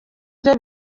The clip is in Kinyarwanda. byo